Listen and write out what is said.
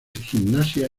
gimnasia